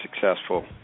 successful